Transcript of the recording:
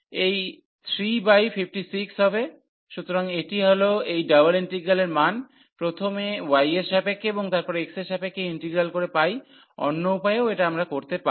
এটি 3 বাই 56 হবে সুতরাং এটি হল এই ডাবল ইন্টিগ্রালের মানটি প্রথমে y এর সাপেক্ষে এবং তারপরে x এর সাপেক্ষে ইন্টিগ্রাল করে পাই অন্য উপায়েও এটা আমরা করতে পারি